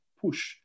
push